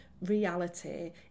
reality